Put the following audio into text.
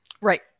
Right